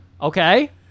Okay